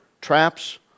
traps